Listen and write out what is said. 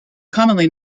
commonly